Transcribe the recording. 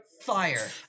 fire